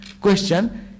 question